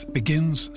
begins